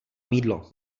mýdlo